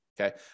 okay